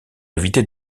éviter